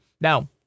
Now